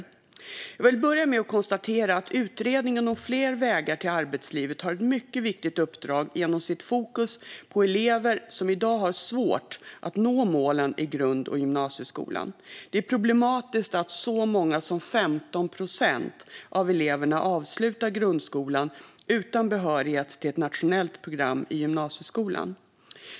Svar på interpellationer Jag vill börja med att konstatera att Utredningen om fler vägar till arbetslivet har ett mycket viktigt uppdrag genom sitt fokus på elever som i dag har svårt att nå målen i grund och gymnasieskolan. Det är problematiskt att så många som 15 procent av eleverna avslutar grundskolan utan behörighet till ett nationellt program i gymnasieskolan.